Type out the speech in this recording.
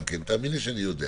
אני שואל